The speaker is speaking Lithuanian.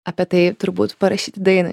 apie tai turbūt parašyti dainą